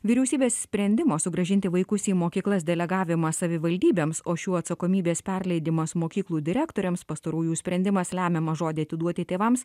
vyriausybės sprendimo sugrąžinti vaikus į mokyklas delegavimą savivaldybėms o šių atsakomybės perleidimas mokyklų direktoriams pastarųjų sprendimas lemiamą žodį atiduoti tėvams